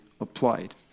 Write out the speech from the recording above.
applied